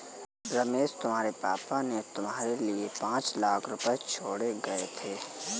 रमेश तुम्हारे पापा ने तुम्हारे लिए पांच लाख रुपए छोड़े गए थे